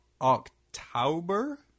October